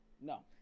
No